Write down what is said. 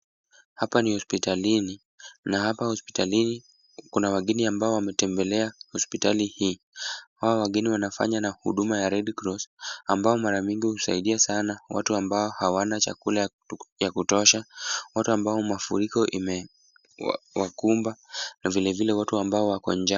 Hapa ni hospitalini, na hapa hospitalini kuna wageni ambao wametembelea hospitali hii. Hawa wageni wanafanya na huduma ya red cross ambayo mara mingi husaidia sana watu ambao hawana chakula ya kutosha, watu ambao mafuriko imewakumba, na vile vile watu ambao wako njaa.